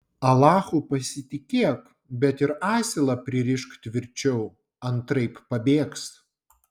alachu pasitikėk bet ir asilą pririšk tvirčiau antraip pabėgs